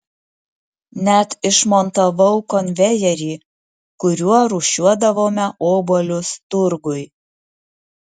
net išmontavau konvejerį kuriuo rūšiuodavome obuolius turgui